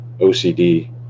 OCD